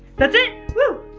that's it! whoo!